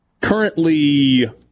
Currently